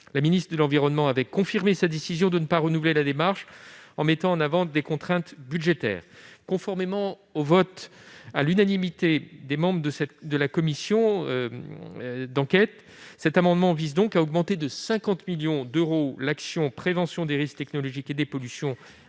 la ministre de l'environnement avait tout de même confirmé sa décision de ne pas renouveler la démarche en mettant en avant des contraintes budgétaires. Conformément au vote à l'unanimité des membres de la commission d'enquête, le présent amendement vise donc à augmenter de 50 millions d'euros l'action n° 01, Prévention des risques technologiques et des pollutions, du programme